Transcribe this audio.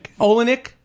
Olenek